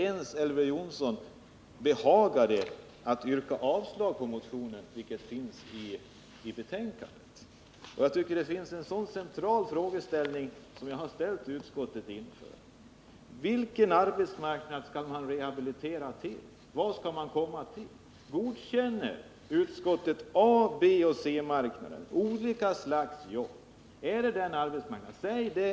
Elver Jonsson behagade inte ens yrka avslag på motionen, såsom framgår av betänkandet. Jag tycker det finns en central frågeställning, som jag har ställt utskottet inför, nämligen: Vilken arbetsmarknad skall man rehabiliteras till? Vad skall man komma till? Godkänner utskottet A-, B och C marknader och olika slags jobb? Är det den arbetsmarknaden som utskottet vill ha?